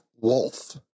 wolf